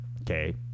okay